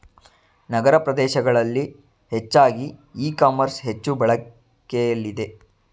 ನಗರ ಪ್ರದೇಶಗಳಲ್ಲಿ ಹೆಚ್ಚಾಗಿ e commerce ಹೆಚ್ಚು ಬಳಕೆಲಿದೆ